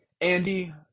Andy